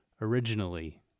originally